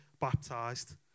baptized